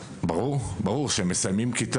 על פי בקשה של המינהל.